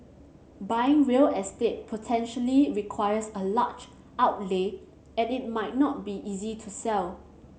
buying real estate potentially requires a large outlay and it might not be easy to sell